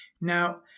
Now